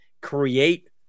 create